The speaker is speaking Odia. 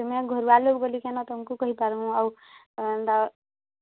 ତୁମେ ଘରୁଆ ଲୋକ୍ ବୋଲିକିନା ତମ୍କୁ କହିପାର୍ମୁ ଆଉ ହେନ୍ତା